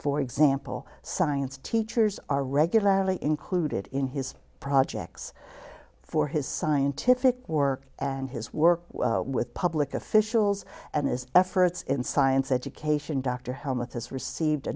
for example science teachers are regularly included in his projects for his scientific work and his work with public officials and his efforts in science education dr how much has received a